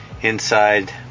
inside